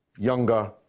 younger